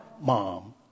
mom